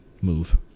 move